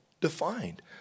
defined